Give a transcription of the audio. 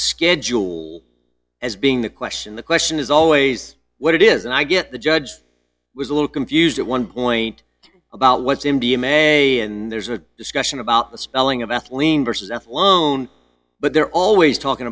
schedule as being the question the question is always what it is and i get the judge was a little confused at one point about what's m d m a and there's a discussion about the spelling of ethylene versus athlone but they're always talking